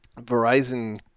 Verizon